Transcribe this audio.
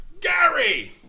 Gary